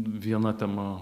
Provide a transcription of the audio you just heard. viena tema